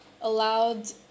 allowed